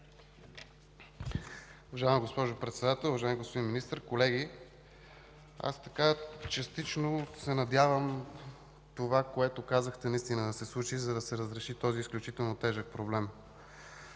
Уважаема госпожо Председател, уважаеми господин Министър, колеги, аз частично се надявам това, което казахте, наистина да се случи, за да се разреши този изключително тежък проблем.